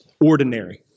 Ordinary